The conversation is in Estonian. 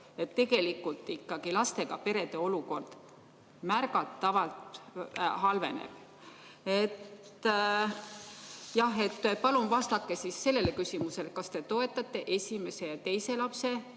Tegelikult ikkagi lastega perede olukord märgatavalt halveneb. Palun vastake sellele küsimusele, kas te toetate esimese ja teise lapse